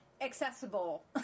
accessible